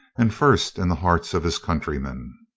and first in the hearts of his countrymen.